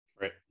Right